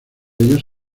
ellos